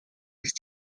ist